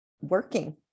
working